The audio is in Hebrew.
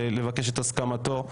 לבקש את הסכמתו,